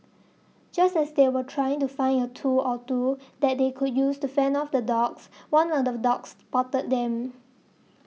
just as they were trying to find a tool or two that they could use to fend off the dogs one of the dogs spotted them